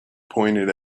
pointed